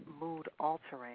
mood-altering